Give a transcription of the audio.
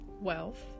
wealth